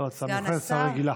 לא הצעה מיוחדת, הצעה רגילה.